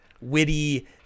witty